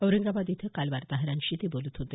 औरंगाबाद इथं काल वार्ताहरांशी ते बोलत होते